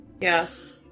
Yes